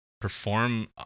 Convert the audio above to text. perform